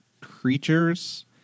creatures